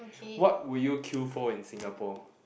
what would you queue for in Singapore